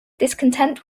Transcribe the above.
discontent